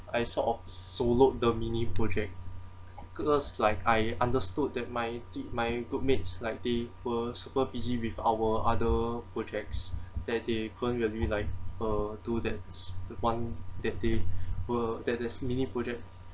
I sort of soloed the mini project cause like I understood that my my group mates like they were super busy with our other projects that they couldn't really like uh do that's the one that they were that there's mini project